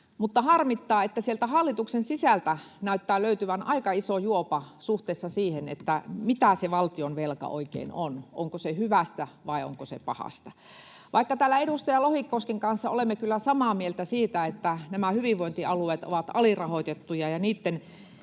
Mutta harmittaa, että sieltä hallituksen sisältä näyttää löytyvän aika iso juopa suhteessa siihen, mitä se valtionvelka oikein on, onko se hyvästä vai onko se pahasta. Vaikka täällä edustaja Lohikosken kanssa olemme kyllä samaa mieltä siitä, että nämä hyvinvointialueet ovat alirahoitettuja ja niitten